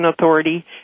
authority